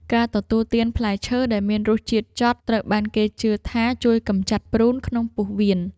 ការទទួលទានផ្លែឈើដែលមានរសជាតិចត់ ត្រូវបានគេជឿថាជួយកម្ចាត់ព្រូនក្នុងពោះវៀន។